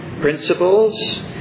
principles